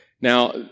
Now